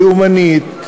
לאומנית,